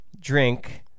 drink